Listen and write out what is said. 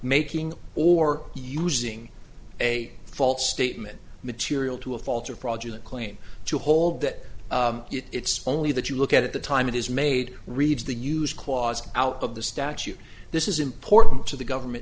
making or using a false statement material to a fault or project and claim to hold that it's only that you look at the time it is made reads the use clause out of the statute this is important to the government